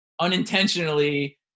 unintentionally